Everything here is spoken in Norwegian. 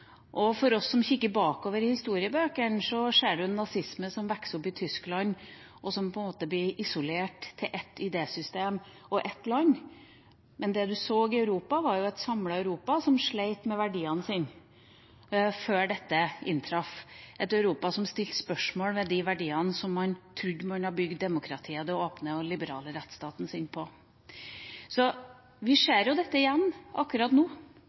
som kikker bakover i historiebøkene, ser en nazisme som vokser fram i Tyskland, og som på en måte blir isolert til ett idésystem og ett land, men det man så i Europa, var et samlet Europa som slet med verdiene sine før dette inntraff – et Europa som stilte spørsmål ved de verdiene som man trodde man hadde bygd demokratiet og den åpne og liberale rettsstaten sin på. Så vi ser jo dette igjen, akkurat nå,